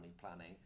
planning